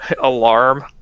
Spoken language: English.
Alarm